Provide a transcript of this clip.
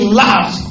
love